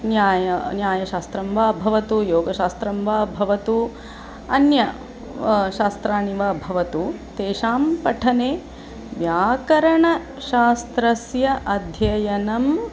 न्याय न्यायशास्त्रं वा भवतु योगशास्त्रं वा भवतु अन्य शास्त्राणि वा भवतु तेषां पठने व्याकरणशास्त्रस्य अध्ययनम्